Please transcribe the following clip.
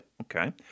Okay